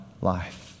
life